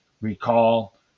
recall